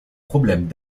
problèmes